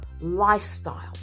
lifestyle